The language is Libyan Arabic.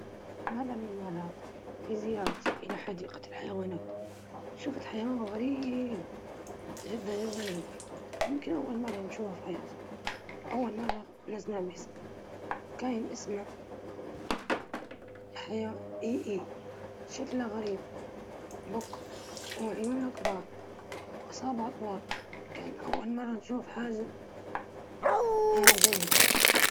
الحيوان الأغرب الذي رأيته كان على الشاطئ في أحد الرحلات، وكان سمكة فضية كبيرة، كان مشهدًا مثيرًا.